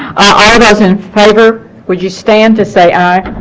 all doesn't folder would you stand to say i